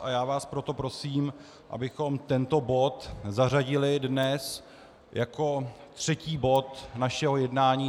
A já vás proto prosím, abychom tento bod zařadili dnes jako třetí bod našeho jednání.